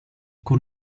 con